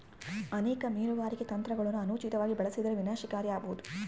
ಅನೇಕ ಮೀನುಗಾರಿಕೆ ತಂತ್ರಗುಳನ ಅನುಚಿತವಾಗಿ ಬಳಸಿದರ ವಿನಾಶಕಾರಿ ಆಬೋದು